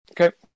Okay